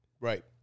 Right